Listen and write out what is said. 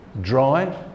dry